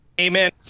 Amen